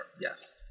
Yes